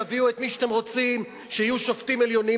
תביאו את מי שאתם רוצים שיהיו שופטים עליונים,